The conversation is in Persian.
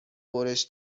برش